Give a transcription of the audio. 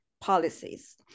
policies